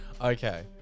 Okay